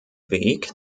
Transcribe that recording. weg